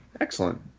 Excellent